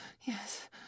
Yes